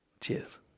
Cheers